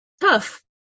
Tough